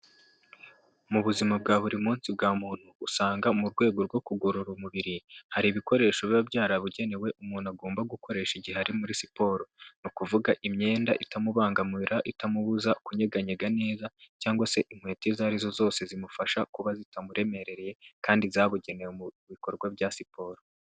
Mu buzima bwa buri munsi bwa muntu, usanga mu rwego rwo kugorora umubiri, hari ibikoresho biba byarabugenewe umuntu agomba gukoresha igihe ari muri siporo. Ni ukuvuga imyenda itamubangamira, itamubuza kunyeganyega neza, cyangwa se inkweto izo arizo zose zimufasha kuba zitamuremerereye kandi zabugenewe mu bikorwa bya siporo.